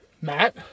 Matt